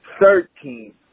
thirteen